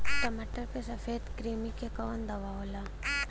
टमाटर पे सफेद क्रीमी के कवन दवा होला?